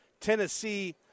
Tennessee